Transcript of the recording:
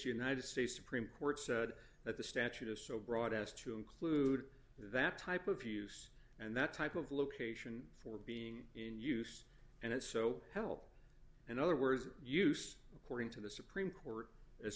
united states supreme court said that the statute is so broad as to include that type of use and that type of location for being in use and so help in other words use according to the supreme court